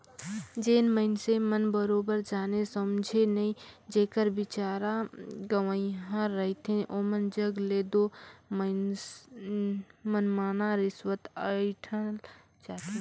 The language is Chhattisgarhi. जेन मइनसे मन बरोबेर जाने समुझे नई जेकर बिचारा गंवइहां रहथे ओमन जग ले दो मनमना रिस्वत अंइठल जाथे